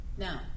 Now